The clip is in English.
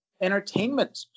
entertainment